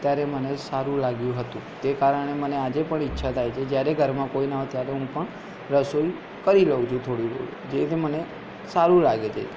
ત્યારે મને સારું લાગ્યું હતું તે કારણે મને આજે પણ ઇચ્છા થાય છે જ્યારે ઘરમાં કોઈ ન હોય ત્યારે હું પણ રસોઈ કરી લઉ છું થોડી થોડી જે મને સારું લાગે છે